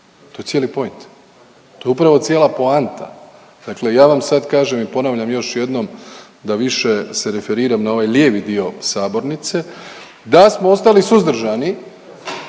To je cijeli point. To je upravo cijela poanta. Dakle, ja vam sad kažem i ponavljam još jednom da više se referiram na ovaj lijevi dio sabornice, da smo ostali suzdržani